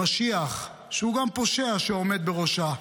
המשיח, שהוא גם פושע, שעומד בראשה.